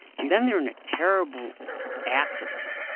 and then they're in a terrible accident.